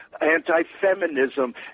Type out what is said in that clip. anti-feminism